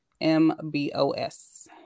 mbos